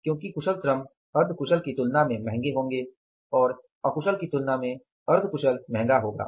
क्योंकि कुशल श्रमिक अर्ध कुशल की तुलना में महंगे होंगे और अकुशल की तुलना में अर्ध कुशल महंगा होगा